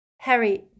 Harry